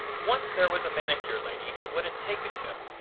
once there was a manicure lady who wouldn't take a tip,